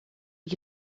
que